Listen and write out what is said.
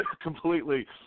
completely